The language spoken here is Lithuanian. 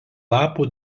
lapų